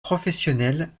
professionnel